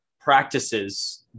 practices